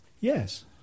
Yes